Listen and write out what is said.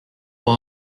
pour